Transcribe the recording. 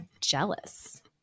jealous